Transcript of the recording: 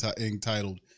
entitled